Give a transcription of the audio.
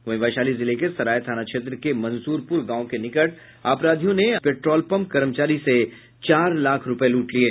वहीं वैशाली जिले के सराय थाना क्षेत्र के मंसूरपुर गांव के निकट अपराधियों ने पेट्रोलपंप कर्मचारी से चार लाख रूपये लूट लिये